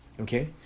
okay